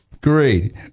Great